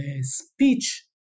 speech